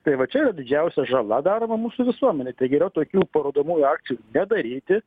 tai va čia yra didžiausia žala daroma mūsų visuomenei tai geriau tokių parodomųjų akcijų nedaryti